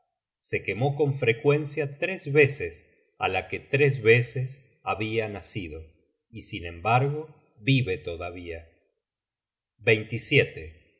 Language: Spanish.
se quemó con frecuencia tres veces á la que tres veces habia nacido y sin embargo vive todavía